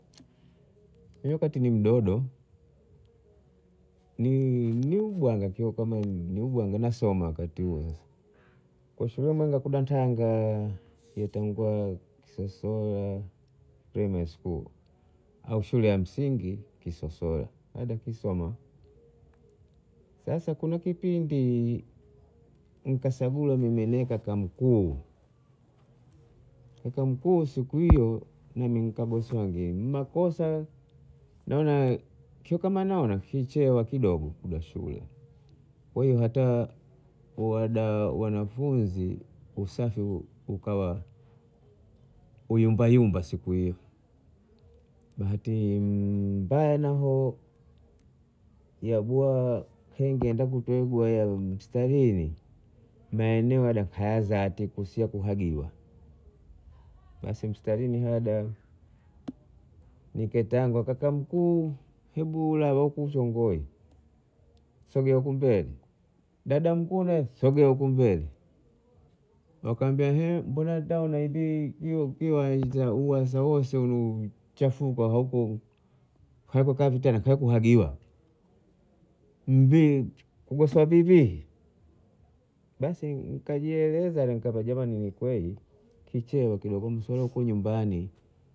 Mimi wakati ni mdodo ni- ni ubwanga kiu ni ubwanga nasoma wakati huo sasa kwa shule mwanga n'datanga nitangwa kisosolwa primali skuli au shule ya msingi kisosolwa nadakisoma, sasa kuna kipindi nikasagula mime nikaka mkuu kaka mkuu siku hiyo nami nikagoswange mmakosa naona kama naona kichewa kidogo kuja shule, kwa hiyo hata wada wanafunzi usafi ukawa uyumba Yumba siku hiyo bahati mba- aa- ya naho yagwaa kenge nenda kutegwa ya mstarini maeneo haya dazati kusi kufagiwa, basi mstarini hada niketangwa kaka mkuu hebu la kuzongoe sogea huku mbele dada mkuu nae sogea huku mbele wakaambia eenh mbona tao nanilii hiyo hiyo uwa- uwaza wose ulu kuchafuka, hauko kavi tena kumwagiwa kugoswa vivi, basi nikaji eleza mimi kaambia jamani ni kweli kichewa kidogo msolokwa nyumbani